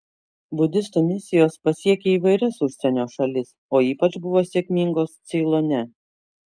budistų misijos pasiekė įvairias užsienio šalis o ypač buvo sėkmingos ceilone